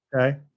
Okay